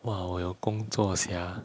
!wah! 我有工作 sia